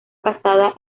casada